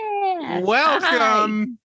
Welcome